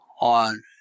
on